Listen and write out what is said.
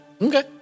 Okay